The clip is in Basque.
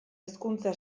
hezkuntza